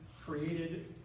created